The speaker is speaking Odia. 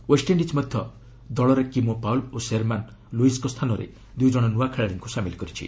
ଓ୍ୱେଷ୍ଇଣ୍ଡିଜ୍ ମଧ୍ୟ ଦଳରେ କିମୋ ପାଉଲ୍ ଓ ଶେର୍ମାନ ଲୁଇସ୍ଙ୍କ ସ୍ଥାନରେ ଦୁଇ ଜଣ ନୂଆ ଖେଳାଳିଙ୍କୁ ସାମିଲ୍ କରିଛି